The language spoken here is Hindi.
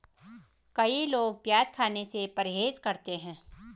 कई लोग प्याज खाने से परहेज करते है